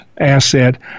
asset